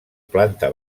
planta